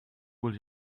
will